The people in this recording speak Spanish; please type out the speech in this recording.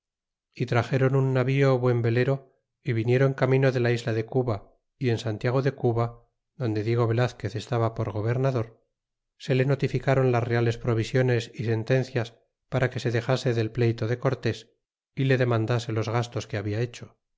y traxeron un navío buen velero y viniéron camino de la isla de cuba y en santiago de cuba donde diego velazquez estaba por gobernador se le notificron las reales provisiones y sentencias para que se dexase del pleyto de cortés y le demandase los gastos que habla hecho